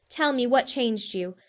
tell me what changed you,